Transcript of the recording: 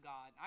God